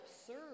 absurd